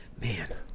man